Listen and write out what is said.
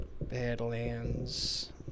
Badlands